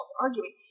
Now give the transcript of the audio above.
arguing